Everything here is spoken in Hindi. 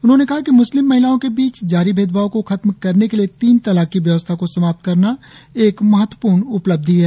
उन्होंने कहा कि म्स्लिम महिलाओं के बीच जारी भेदभाव को खत्म करने के लिए तीन तलाक की व्यवस्था को समाप्त करना एक महत्वपूर्ण उपलब्धि है